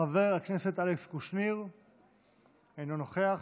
חבר הכנסת אלכס קושניר, אינו נוכח.